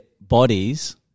bodies